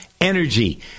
energy